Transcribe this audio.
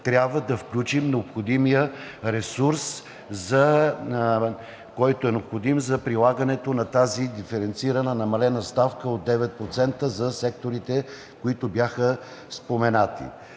трябва да включим необходимия ресурс, който е необходим за прилагането на тази диференцирана намалена ставка от 9%, за секторите, които бяха споменати.